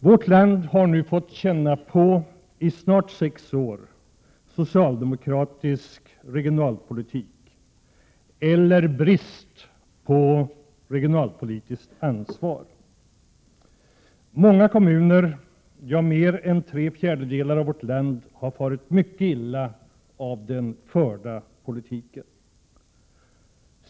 Vårt land har ju under snart sex år fått känna på socialdemokratisk regionalpolitik, eller brist på regionalpolitiskt ansvar. Många kommuner —-= Prot. 1987/88:127 ja, mer än tre fjärdedelar av vårt land — har farit mycket illa av den förda 26 maj 1988 socialdemokratiska politiken.